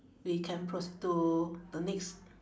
we can proceed to the next